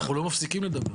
אנחנו לא מפסיקים לדבר.